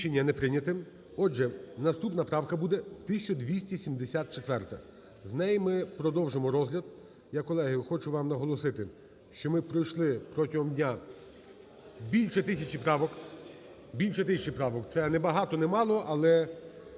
Рішення не прийнято. Отже, наступна правка буде 1274. З неї ми продовжимо розгляд… Я, колеги, хочу вам наголосити, що ми пройшли протягом дня більше тисячі правок, більше тисячі правок.